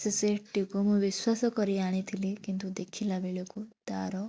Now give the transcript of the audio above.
ସେ ସେଟ୍ଟିକୁ ମୁଁ ବିଶ୍ୱାସକରି ଆଣିଥିଲି କିନ୍ତୁ ଦେଖିଲାବେଳକୁ ତା'ର